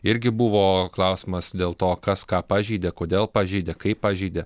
irgi buvo klausimas dėl to kas ką pažeidė kodėl pažeidė kaip pažeidė